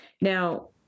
Now